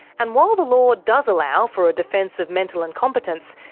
and while the law does allow for a defence of mental incompetence,